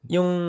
Yung